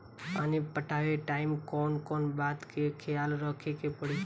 पानी पटावे टाइम कौन कौन बात के ख्याल रखे के पड़ी?